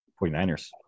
49ers